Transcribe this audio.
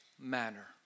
manner